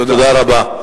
תודה רבה.